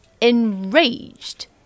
Enraged